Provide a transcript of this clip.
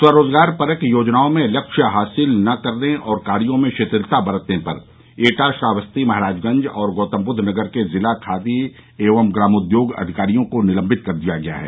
स्वरोजगार परक योजनाओं में लक्ष्य हासिल नहीं करने और कार्यो में शिथिलता बरतने पर एटा श्रावस्ती महराजगंज और गौतमबुद्द नगर के जिला खादी एवं ग्रामोद्योग अधिकारियों को निलम्बित कर दिया गया है